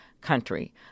country